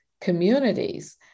communities